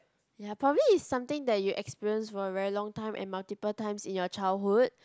ya probably is something that you experience for very long time and multiple times in your childhood